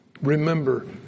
Remember